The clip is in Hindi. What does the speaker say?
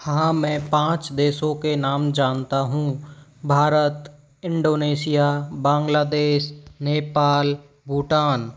हाँ मैं पाँच देशों के नाम जानता हूँ भारत इंडोनेशिया बांग्लादेश नेपाल भूटान